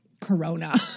corona